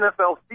NFL